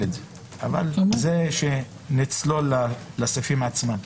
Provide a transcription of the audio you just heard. את זה אבל זה כשנצלול לסעיפים עצמם.